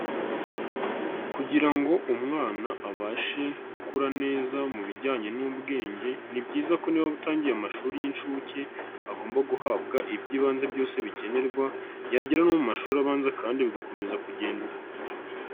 Kugira ngo umwana abashe gukura neza mu bijyanye n'ubwenge, ni byiza ko niba utangiye amashuri y'inshuke agomba guhabwa iby ibyiibanze byose bikenerwa, yagera no mu mashuri abanza kandi bigakomeza kugenda uko.